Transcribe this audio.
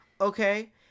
Okay